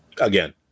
Again